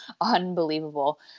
unbelievable